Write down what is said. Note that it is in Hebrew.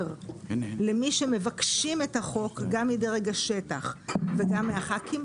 למי שמבקשים את החוק גם מדרג השטח וגם מהח"כים